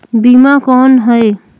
बीमा कौन है?